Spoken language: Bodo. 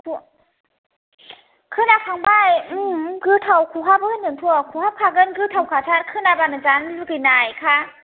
खोनाखांबाय ओं गोथाव खहाबो होनदोंथ' खहाब खागोन गोथावखाथार खोनाबानो जानो लुगैनायखा